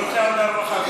אני רוצה עבודה ורווחה,